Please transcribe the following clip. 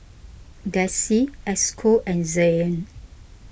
Desi Esco and Zain